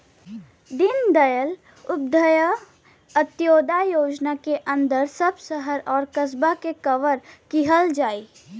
दीनदयाल उपाध्याय अंत्योदय योजना के अंदर सब शहर आउर कस्बा के कवर किहल जाई